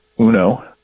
uno